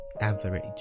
average